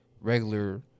regular